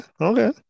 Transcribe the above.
okay